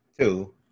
Two